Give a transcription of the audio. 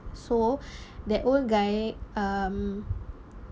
so that old guy um